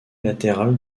latérales